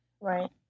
Right